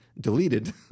deleted